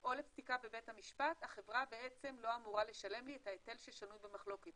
או לפסיקה בבית המשפט החברה לא אמורה לשלם לי את ההיטל ששנוי במחלוקת,